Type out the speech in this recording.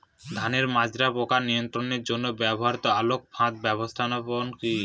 ধানের মাজরা পোকা নিয়ন্ত্রণের জন্য ব্যবহৃত আলোক ফাঁদ ব্যবস্থাপনা কি?